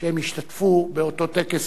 שהם ישתתפו באותו טקס,